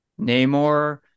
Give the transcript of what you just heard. namor